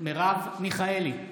מרב מיכאלי,